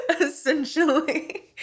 essentially